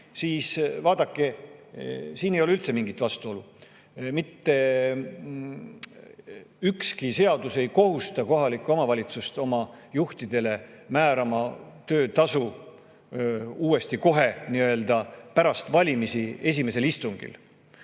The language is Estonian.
siis vaadake, siin ei ole üldse mingit vastuolu. Mitte ükski seadus ei kohusta kohalikku omavalitsust oma juhtidele määrama uut töötasu kohe pärast valimisi esimesel istungil.